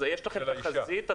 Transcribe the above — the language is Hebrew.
אז יש לכם תחזית?